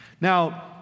Now